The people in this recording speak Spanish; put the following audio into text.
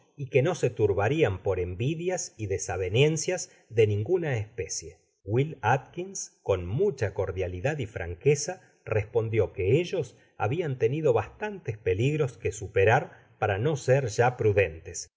y que no se turbarian por envidias y desavenencias de ninguna especie will atkins con mu cha cordialidad y franqueza respondió que ellos habian tenido bastantes peligros que superar para no ser ya prudentes